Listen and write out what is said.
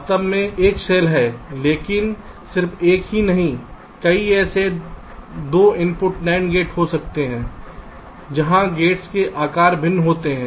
वास्तव में एक सेल है लेकिन सिर्फ एक ही नहीं कई ऐसे 2 इनपुट NAND गेट हो सकते हैं जहां गेट्स के आकार भिन्न होते हैं